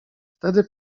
wtedy